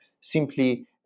simply